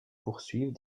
poursuivre